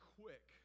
quick